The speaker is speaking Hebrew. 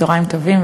צהריים טובים.